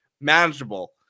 manageable